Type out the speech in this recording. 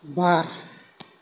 बार